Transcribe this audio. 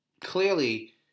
clearly